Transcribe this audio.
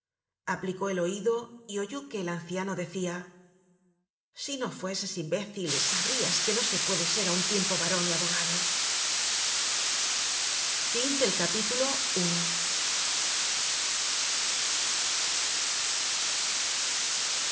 aplicó el oido y oyó que el anciano decia si no fueses un imbécil sabrias que no se puede ser á un tiempo barón y abogado